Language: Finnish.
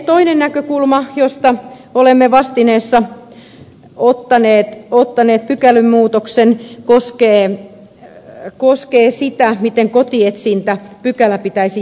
toinen asia josta olemme vastalauseessa esittäneet pykälänmuutoksen koskee sitä miten kotietsintäpykälä pitäisi järjestää